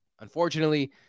Unfortunately